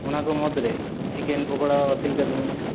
ᱚᱱᱟᱠᱚ ᱢᱩᱫᱽᱨᱮ ᱪᱤᱠᱮᱱ ᱯᱚᱠᱚᱲᱟ ᱵᱟᱹᱛᱤᱞ ᱠᱟᱹᱛᱤᱧ ᱢᱮ